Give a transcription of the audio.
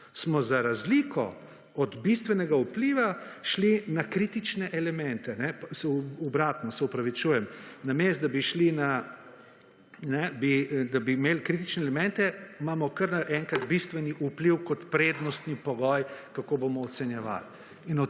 smo za razliko od bistvenega vpliva šli na kritične elemente. Obratno, se opravičujem, namesto da bi imeli kritične elemente, imamo kar naenkrat bistveni vpliv kot prednostni pogoj 47.